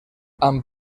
amb